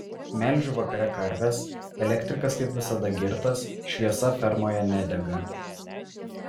melžiu vakare karves elektrikas kaip visada girtas šviesa fermoje nedega